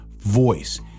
voice